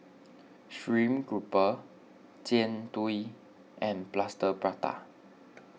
Stream Grouper Jian Dui and Plaster Prata